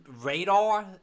radar